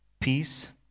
peace